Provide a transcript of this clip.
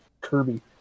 Kirby